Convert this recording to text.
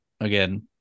again